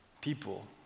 people